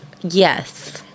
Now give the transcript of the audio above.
Yes